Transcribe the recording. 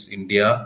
India